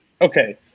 okay